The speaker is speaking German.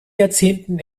jahrzehnten